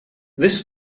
this